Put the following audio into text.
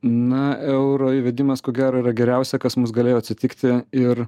na euro įvedimas ko gero yra geriausia kas mus galėjo atsitikti ir